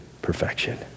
perfection